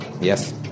Yes